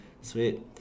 Sweet